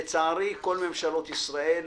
לצערי כל ממשלות ישראל